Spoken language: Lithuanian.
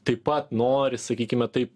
taip pat nori sakykime taip